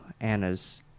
Anna's